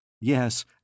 Yes